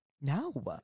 No